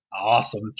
Awesome